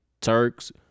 Turks